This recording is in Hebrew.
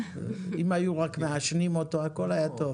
אם היו רק מעשנים אותו, הכול היה טוב.